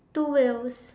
two wheel